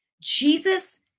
Jesus